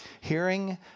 Hearing